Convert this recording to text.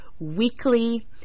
weekly